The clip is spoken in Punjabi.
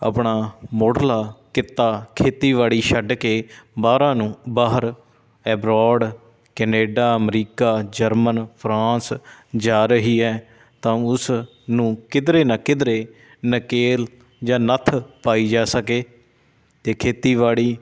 ਆਪਣਾ ਮੁੱਢਲਾ ਕਿੱਤਾ ਖੇਤੀਬਾੜੀ ਛੱਡ ਕੇ ਬਾਹਰਾਂ ਨੂੰ ਬਾਹਰ abroad Canada America German France ਜਾ ਰਹੀ ਹੈ ਤਾਂ ਉਸ ਨੂੰ ਕਿਧਰੇ ਨਾ ਕਿਧਰੇ ਨਕੇਲ ਜਾਂ ਨੱਥ ਪਾਈ ਜਾ ਸਕੇ ਅਤੇ ਖੇਤੀਬਾੜੀ